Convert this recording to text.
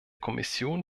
kommission